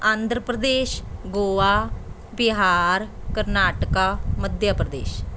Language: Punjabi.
ਆਂਧਰ ਪ੍ਰਦੇਸ਼ ਗੋਆ ਬਿਹਾਰ ਕਰਨਾਟਕਾ ਮੱਧਿਆ ਪ੍ਰਦੇਸ਼